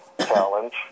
Challenge